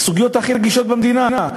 הסוגיות הכי רגישות במדינה,